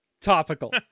Topical